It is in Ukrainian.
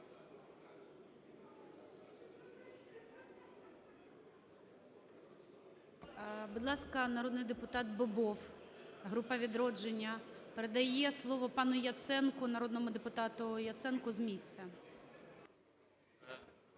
Будь ласка, народний депутат Бобов, група "Відродження", передає слово пану Яценку, народному депутату Яценку з місця.